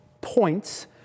points